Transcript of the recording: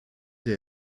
der